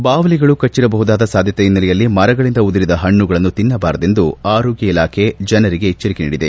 ಬಾವಲಿಗಳು ಕಟ್ಟರಬಹುದಾದ ಸಾಧ್ಯತೆಯ ಹಿನ್ನೆಲೆಯಲ್ಲಿ ಮರಗಳಂದ ಉದುರಿದ ಹಣ್ಣುಗಳನ್ನು ತಿನ್ನಬಾರದೆಂದು ಆರೋಗ್ಯ ಇಲಾಖೆ ಜನರಿಗೆ ಎಚ್ಚರಿಕೆ ನೀಡಿದೆ